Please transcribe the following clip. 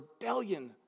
rebellion